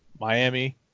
Miami